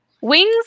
wings